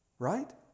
right